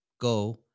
Go